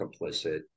complicit